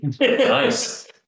Nice